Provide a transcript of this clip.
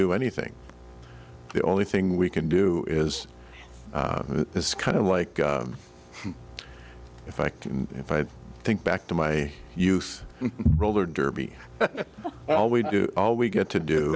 do anything the only thing we can do is this kind of like if i can if i think back to my youth roller derby all we do all we get to do